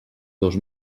dos